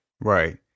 Right